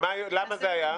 ולמה זה היה?